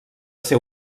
ser